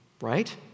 Right